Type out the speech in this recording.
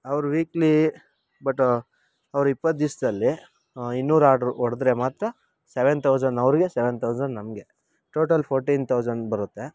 ಅವ್ರು weekly but ಅವ್ರು ಇಪ್ಪತ್ತು ದಿವ್ಸ್ದಲ್ಲಿ ಇನ್ನೂರು ಆರ್ಡ್ರು ಹೊಡ್ದ್ರೆ ಮಾತ್ರ ಸೆವೆನ್ ತೌಸನ್ ಅವ್ರಿಗೆ ಸೆವೆನ್ ತೌಸನ್ ನಮಗೆ ಟೋಟಲ್ ಫೋರ್ಟಿನ್ ತೌಸನ್ ಬರುತ್ತೆ